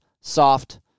soft